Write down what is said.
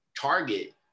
target